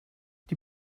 die